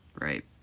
right